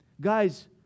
Guys